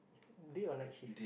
day or night shift